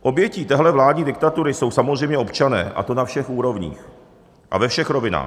Obětí téhle vládní diktatury jsou samozřejmě občané, a to na všech úrovních a ve všech rovinách.